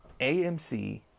AMC